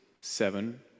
seven